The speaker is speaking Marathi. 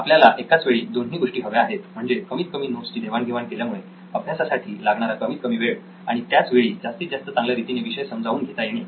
आपल्याला एकाच वेळी दोन्ही गोष्टी हव्या आहेत म्हणजे कमीत कमी नोट्स ची देवाण घेवाण केल्यामुळे अभ्यासासाठी लागणारा कमीत कमी वेळ आणि त्याच वेळी जास्तीत जास्त चांगल्या रीतीने विषय समजावून घेता येणे